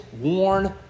worn